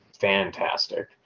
fantastic